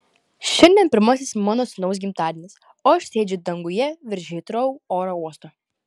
šiandien pirmasis mano sūnaus gimtadienis o aš sėdžiu danguje virš hitrou oro uosto